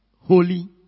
Holy